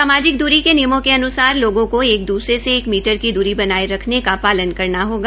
सामाजिक दूरी के नियमों के अन्सार लोगों को एक दूसरे से एक मीटर की दूरी बनाये रखने का पालन करना हगा